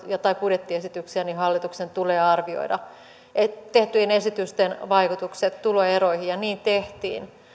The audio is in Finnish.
tai budjettiesityksiä hallituksen tulee arvioida tehtyjen esitysten vaikutukset tuloeroihin ja niin tehtiin